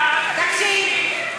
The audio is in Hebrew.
מה, תקשיב.